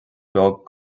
beag